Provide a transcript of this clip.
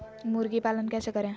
मुर्गी पालन कैसे करें?